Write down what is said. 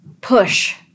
push